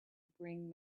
bring